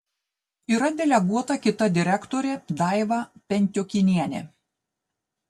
yra deleguota kita direktorė daiva pentiokinienė